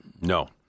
no